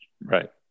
Right